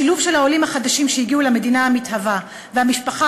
השילוב של העולים החדשים שהגיעו למדינה המתהווה והמשפחה